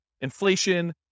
inflation